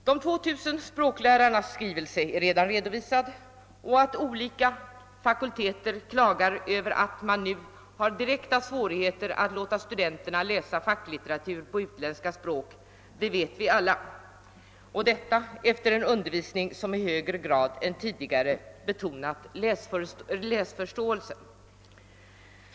De 2000 språklärarnas skrivelse är redan redovisad och att olika fakulteter klagar över att man nu har stora svårigheter att låta studenterna läsa facklitteratur på utländska språk vet vi alla — och detta efter en undervisning som i högre grad än tidigare betonat läsförståelsen.